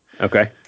Okay